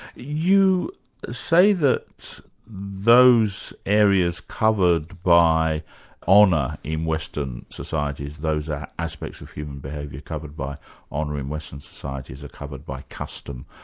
you say that those areas covered by honour in western societies, those aspects of human behaviour covered by honour in western societies are covered by custom,